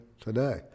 today